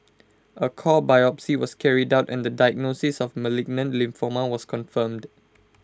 A core biopsy was carried out and the diagnosis of malignant lymphoma was confirmed